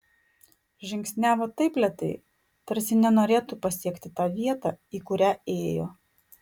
žingsniavo taip lėtai tarsi nenorėtų pasiekti tą vietą į kurią ėjo